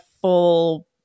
full